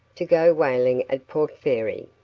to go whaling at port fairy.